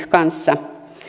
kanssa